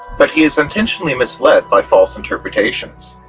but he is intentionally misled by false interpretations.